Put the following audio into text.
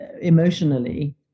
emotionally